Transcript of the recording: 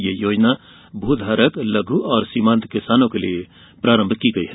यह योजना भू धारक लघु और सीमांत किसानों के लिये प्रारंभ की गयी है